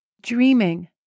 dreaming